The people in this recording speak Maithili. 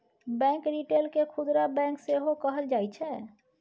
बैंक रिटेल केँ खुदरा बैंक सेहो कहल जाइ छै